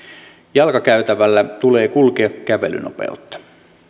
jalkakäytävällä tulee kulkea kävelynopeutta